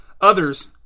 Others